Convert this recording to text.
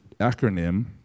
acronym